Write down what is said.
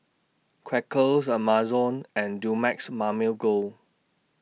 Quaker Amazon and Dumex Mamil Gold